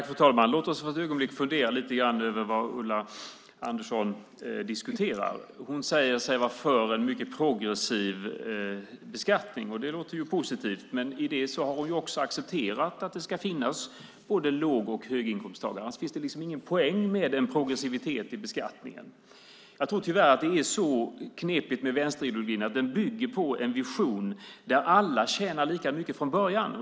Fru talman! Låt oss för ett ögonblick fundera lite grann över vad Ulla Andersson diskuterar. Hon säger sig vara för en mycket progressiv beskattning. Det låter ju positivt, men i och med det har hon också accepterat att det ska finnas både låg och höginkomsttagare. Annars finns det liksom ingen poäng med en progressivitet i beskattningen. Jag tror tyvärr att det är så knepigt med vänsterideologin att den bygger på en vision där alla tjänar lika mycket från början.